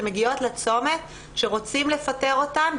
שמגיעות לצומת שרוצים לפטר אותן,